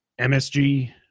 MSG